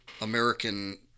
American